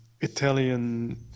Italian